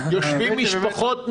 יושבים משפחות,